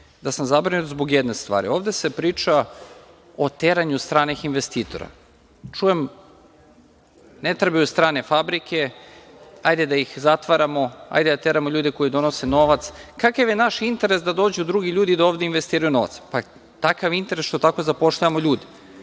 da sam zabrinut zbog jedne stvari. Ovde se priča o teranju stranih investitora. Čujem, ne trebaju strane fabrike, hajde da ih zatvaramo, hajde da teramo ljude koji donose novac. Kakav je naš interes da dođu drugi ljudi i ovde investiraju novac? Takav interes što tako zapošljavamo ljude,